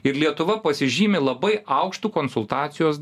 ir lietuva pasižymi labai aukštu konsultacijos